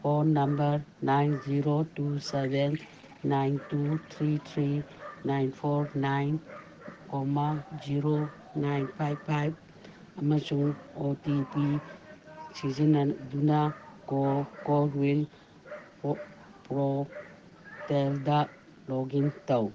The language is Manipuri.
phone number nine zero two seven nine two three three nine four nine comma zero nine five five ꯑꯃꯁꯨꯡ ꯑꯣ ꯇꯤ ꯄꯤ ꯁꯤꯖꯤꯟꯅꯗꯨꯅ ꯀꯣꯋꯤꯟ ꯄꯣꯔꯇꯦꯜꯗ ꯂꯣꯛ ꯏꯟ ꯇꯧ